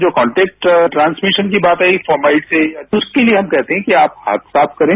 जो contact transmission की बात आई फाउमलिटी की तो उसके लिए हम कहते हैं कि आप हाथ साफ करें